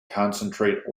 concentrate